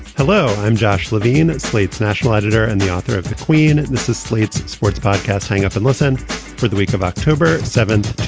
hello i'm josh levine at slate's national editor and the author of the queen. this is slate's sports podcast hang up and listen for the week of october seventh